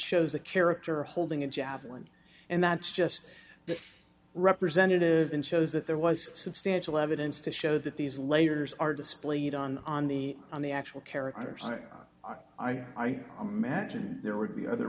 shows a character holding a javelin and that's just the representative and shows that there was substantial evidence to show that these layers are displayed on on the on the actual characters and i imagine there would be other